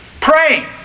Praying